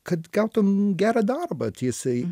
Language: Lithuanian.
kad gautum gerą darbą tiesiai